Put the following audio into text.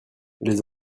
les